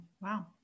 wow